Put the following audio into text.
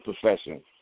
profession